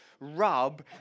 rub